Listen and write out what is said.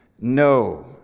No